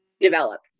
develop